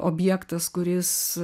objektas kuris